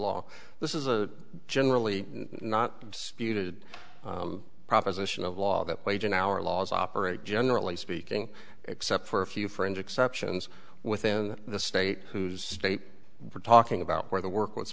law this is a generally not disputed proposition of law that wage in our laws operate generally speaking except for a few friends exceptions within the state whose state we're talking about where the work was